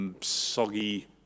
soggy